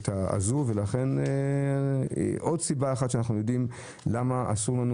זו עוד סיבה למה אסור לנו